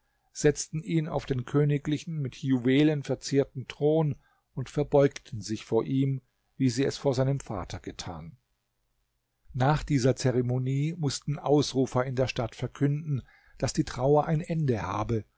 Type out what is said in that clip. setzten ihn auf den königlichen mit juwelen verzierten thron und verbeugten sich vor ihm wie sie es vor seinem vater getan nach dieser zeremonie mußten ausrufer in der stadt verkünden daß die trauer ein ende habe